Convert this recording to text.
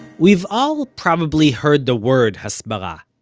we've all probably heard the word hasbara.